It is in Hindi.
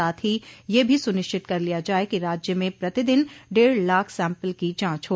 साथ ही यह भी सुनिश्चित कर लिया जाये कि राज्य में प्रतिदिन डेढ़ लाख सैम्पल की जांच हो